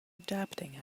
adapting